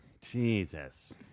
jesus